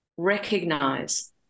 recognize